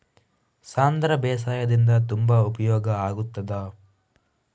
ಸಾಂಧ್ರ ಬೇಸಾಯದಿಂದ ತುಂಬಾ ಉಪಯೋಗ ಆಗುತ್ತದಾ?